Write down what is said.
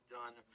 done